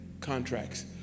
Contracts